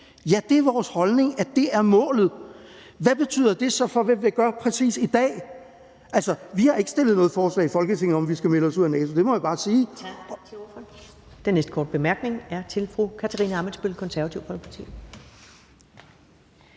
Ja, det er vores holdning, at det er målet. Hvad betyder det så for, hvad vi gør præcis i dag? Altså, vi har ikke stillet noget forslag i Folketinget om, at vi skal melde os ud af NATO. Det må jeg bare sige.